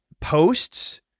posts